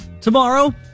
Tomorrow